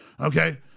okay